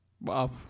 Wow